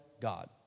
God